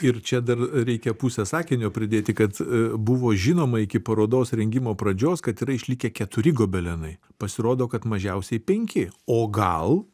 ir čia dar reikia pusę sakinio pridėti kad buvo žinoma iki parodos rengimo pradžios kad yra išlikę keturi gobelenai pasirodo kad mažiausiai penki o gal